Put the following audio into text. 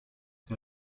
der